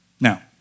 Now